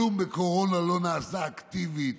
כלום בקורונה לא נעשה אקטיבית,